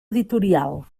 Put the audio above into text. editorial